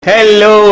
Hello